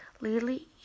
Lily